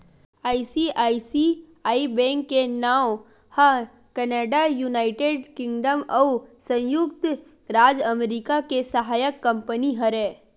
ICICI bank के नांव ह कनाड़ा, युनाइटेड किंगडम अउ संयुक्त राज अमरिका के सहायक कंपनी हरय